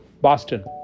Boston